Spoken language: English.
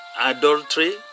adultery